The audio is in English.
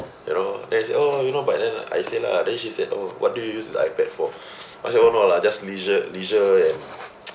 you know they say oh you know but then I say lah then she said oh what do you use this iPad for I say oh no lah just leisure leisure and